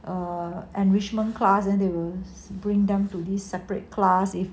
err enrichment class and they will bring them to this separate class if